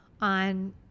on